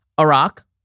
Iraq